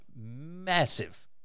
massive